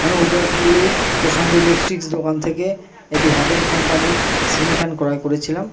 আমি উদয়পল্লী প্রশান্ত ইলেকট্রিক্স দোকান থেকে একটি হ্যাভেল কোম্পানির সিলিং ফ্যান ক্রয় করেছিলাম